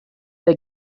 they